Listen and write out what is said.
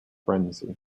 frenzy